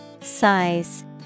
Size